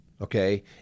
okay